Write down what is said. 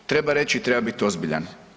Treba reći i treba bit ozbiljan.